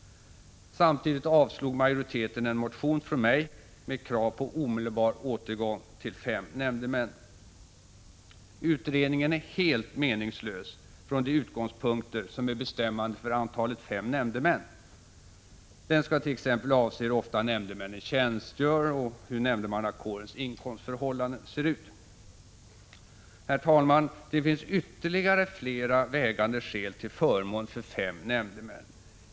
Samtidigt avslog majoriteten en motion från mig med krav på omedelbar återgång till fem nämndemän. Utredningen är helt meningslös från de utgångspunkter som är bestämmande för antalet fem nämndemän. Den skall t.ex. avse hur ofta nämndemännen tjänstgör och hur nämndemannakårens inkomstförhållanden ser ut. Herr talman! Det finns flera vägande skäl till förmån för fem nämndemän.